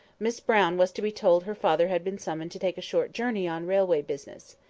miss brown was to be told her father had been summoned to take a short journey on railway business.